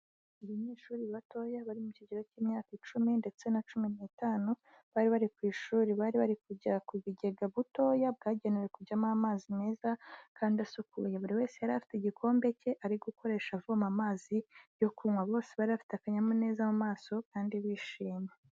Abanyeshuri batoya bari mu kigero cy'imyaka icumi ndetse na cumi n'itanu, bari bari ku ishuri, bari bari kujya ku bigega butoya bwagenewe kujyamo amazi meza kandi asukuye, buri wese yari afite igikombe cye ari gukoresha avoma amazi yo kunywa, bose bari bafite akanyamuneza mu maso kandi bishimye.